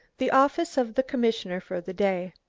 the office of the commissioner for the day.